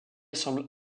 semble